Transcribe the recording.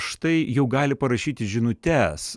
štai jau gali parašyti žinutes